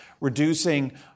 reducing